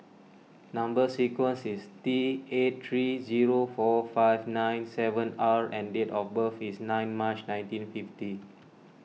Number Sequence is T eight three zero four five nine seven R and date of birth is nine March nineteen fifty